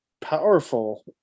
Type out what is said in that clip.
powerful